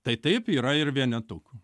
tai taip yra ir vienetukų